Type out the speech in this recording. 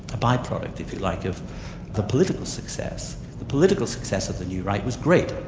a by-product if you like, of the political success. the political success of the new right was great,